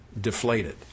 deflated